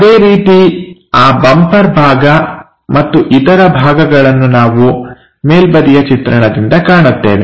ಅದೇ ರೀತಿ ಆ ಬಂಪರ್ ಭಾಗ ಮತ್ತು ಇತರ ಭಾಗಗಳನ್ನು ನಾವು ಮೇಲ್ಬದಿಯ ಚಿತ್ರಣದಿಂದ ಕಾಣುತ್ತೇವೆ